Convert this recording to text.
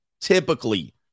typically